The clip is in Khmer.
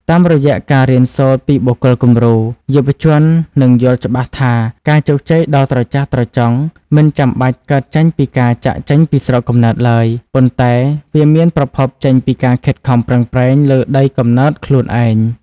តាមរយៈការរៀនសូត្រពីបុគ្គលគំរូ យុវជននឹងយល់ច្បាស់ថា ការជោគជ័យដ៏ត្រចះត្រចង់មិនចាំបាច់កើតចេញពីការចាកចេញពីស្រុកកំណើតឡើយ ប៉ុន្តែវាមានប្រភពចេញពីការខិតខំប្រឹងប្រែងលើដីកំណើតខ្លួនឯង។